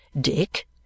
Dick